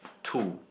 two